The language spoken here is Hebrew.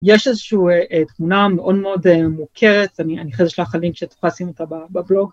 יש איזושהי תמונה מאוד מאוד מוכרת, אני חייב לשלוח לך לינק שתוכל לשים אותה בבלוג.